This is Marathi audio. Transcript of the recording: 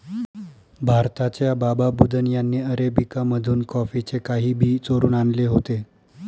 भारताच्या बाबा बुदन यांनी अरेबिका मधून कॉफीचे काही बी चोरून आणले होते